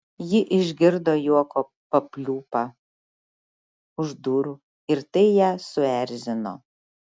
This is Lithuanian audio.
ji išgirdo juoko papliūpą už durų ir tai ją suerzino